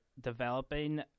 developing